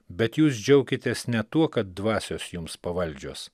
bet jūs džiaukitės ne tuo kad dvasios jums pavaldžios